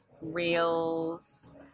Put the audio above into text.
Reels